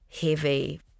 heavy